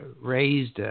raised